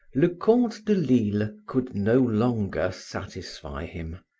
leconte de lisle could no longer satisfy him.